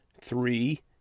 Three